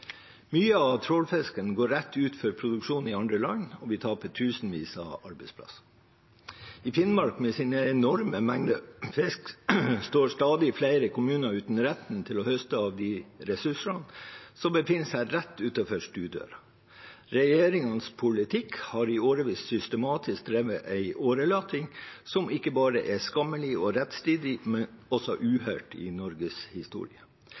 Mye av trålfisken går rett ut til produksjon i andre land, og vi taper tusenvis av arbeidsplasser. I Finnmark – med sine enorme mengder fisk – står stadig flere kommuner uten rett til å høste av de ressursene som befinner seg rett utenfor stuedøra. Regjeringens politikk har i årevis systematisk drevet en årelating, som ikke bare er skammelig og rettsstridig, men også uhørt i Norges historie.